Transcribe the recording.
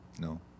No